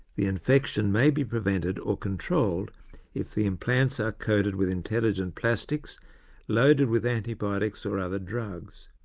the infection may be prevented or controlled if the implants are coated with intelligent plastics loaded with antibiotics or other drugs,